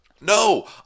No